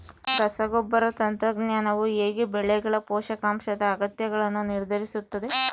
ರಸಗೊಬ್ಬರ ತಂತ್ರಜ್ಞಾನವು ಹೇಗೆ ಬೆಳೆಗಳ ಪೋಷಕಾಂಶದ ಅಗತ್ಯಗಳನ್ನು ನಿರ್ಧರಿಸುತ್ತದೆ?